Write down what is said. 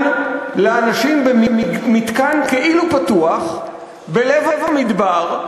לאנשים במתקן כאילו-פתוח בלב המדבר,